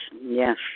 yes